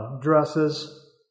dresses